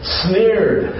sneered